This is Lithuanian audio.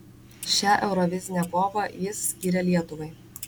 šią eurovizinę kovą jis skyrė lietuvai